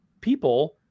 people